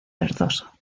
verdoso